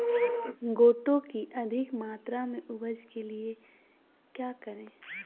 गोटो की अधिक मात्रा में उपज के लिए क्या करें?